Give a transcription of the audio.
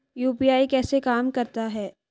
UPI कैसे काम करता है?